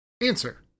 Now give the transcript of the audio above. answer